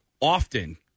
often